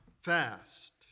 fast